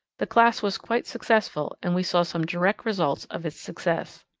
the class was quite successful and we saw some direct results of its success.